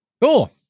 cool